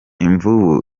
imvubu